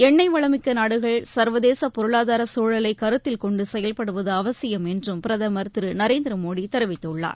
எண்ணெய் வளமிக்க நாடுகள் சர்வதேச பொருளாதார சூழலை கருத்தில் கொண்டு செயல்படுவது அவசியம் என்றும் பிரதமர் திரு நரேந்திர மோடி தெரிவித்துள்ளார்